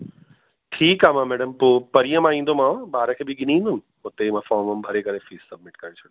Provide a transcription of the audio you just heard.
ठीकु आहे मां मैडम पोइ परीहं मां ईंदोमाव ॿार खे बि ॻिनी ईंदुमि हुते ई मां फ़ॉर्म वॉर्म भरे करे फ़ीस सब्मिट करे छॾदोमाव